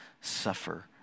suffer